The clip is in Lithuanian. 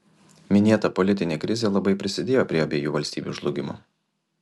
minėta politinė krizė labai prisidėjo prie abiejų valstybių žlugimo